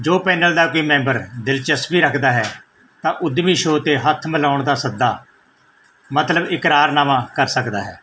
ਜੋ ਪੈਨਲ ਦਾ ਕੋਈ ਮੈਂਬਰ ਦਿਲਚਸਪੀ ਰੱਖਦਾ ਹੈ ਤਾਂ ਉਦਮੀ ਸ਼ੋਅ 'ਤੇ ਹੱਥ ਮਿਲਾਉਣ ਦਾ ਸੱਦਾ ਮਤਲਬ ਇਕਰਾਰਨਾਮਾ ਕਰ ਸਕਦਾ ਹੈ